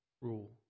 rule